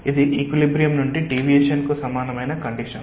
కాబట్టి ఇది ఈక్విలిబ్రియమ్ నుండి డీవియేషన్ కు సమానమైన కండిషన్